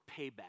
payback